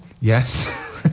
yes